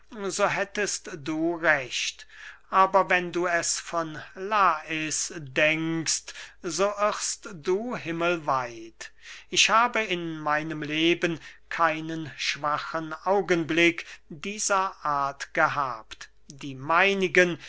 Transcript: hättest du recht aber wenn du es von lais denkst so irrest du himmelweit ich habe in meinem leben keinen schwachen augenblick dieser art gehabt die meinigen